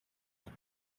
them